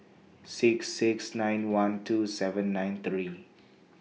six six nine one two seven nine three